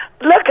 Look